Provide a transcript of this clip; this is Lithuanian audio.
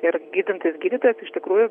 ir gydantis gydytojas iš tikrųjų